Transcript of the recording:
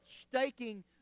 staking